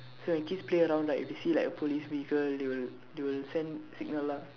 so he keeps playing around right if he see like a police vehicle they will they will send signal lah